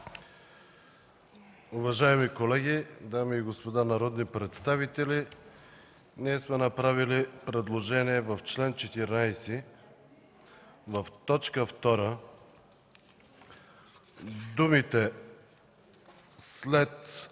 Уважаеми колеги, дами и господа народни представители, ние сме направили предложение в чл. 14, в т. 2 думите след